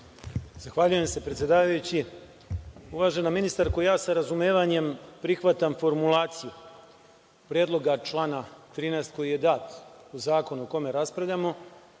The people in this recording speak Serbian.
Zahvaljujem se, predsedavajući. Uvažena ministarko, ja sa razumevanjem prihvatam formulaciju predloga člana 13. koji je dat u zakonu o kome raspravljamo,